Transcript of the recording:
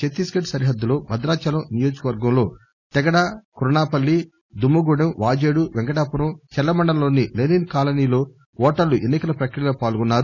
ఛత్తీస్ గడ్ సరిహద్దులో భద్రాచలం నియోజక వర్గంలో తెగడ కుర్ణాపల్లి దుమ్ము గూడెం వాజేడు వెంకటాపురం చర్ల మండలంలోని లెనిన్ కాలనీలో ఓటర్లు ఎన్సికల ప్రక్రియలో పాల్గొన్నారు